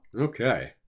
Okay